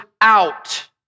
out